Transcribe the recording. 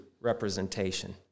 representation